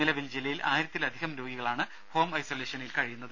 നിലവിൽ ജില്ലയിൽ ആയിരത്തിലധികം രോഗികളാണ് ഹോം ഐസൊലേഷനിൽ കഴിയുന്നത്